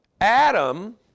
Adam